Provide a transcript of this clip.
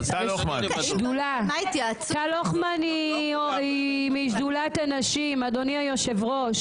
תודה ליועצת המשפטית